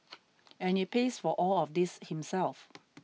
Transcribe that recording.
and he pays for all of this himself